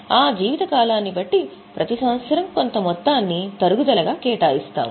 ఆ జీవిత కాలాన్ని బట్టి ప్రతి సంవత్సరం కొంత మొత్తాన్ని తరుగుదలగా కేటాయిస్తాము